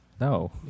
No